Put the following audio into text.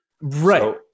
Right